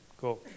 Cool